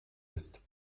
ist